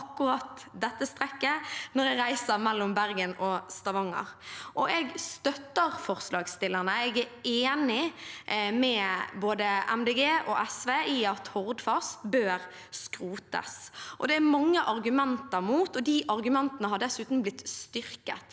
akkurat dette strekket når jeg reiser mellom Bergen og Stavanger. Jeg støtter forslagsstillerne, og jeg er enig med både MDG og SV i at Hordfast bør skrotes. Det er mange argumenter mot, og de argumentene har dessuten blitt styrket.